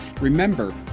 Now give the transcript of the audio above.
Remember